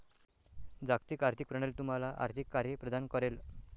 जागतिक आर्थिक प्रणाली तुम्हाला आर्थिक कार्ये प्रदान करेल